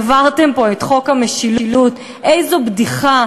העברתם פה את חוק המשילות, איזו בדיחה.